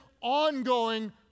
ongoing